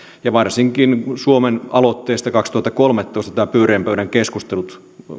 varsinkin kun suomen aloitteesta kaksituhattakolmetoista nämä pyöreän pöydän keskustelut